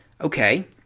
Okay